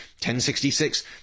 1066